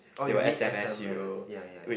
oh you need S_M_S ya ya ya